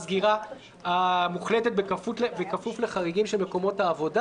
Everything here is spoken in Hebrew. סגירה מוחלטת בכפוף לחריגים של מקומות העבודה